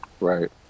Right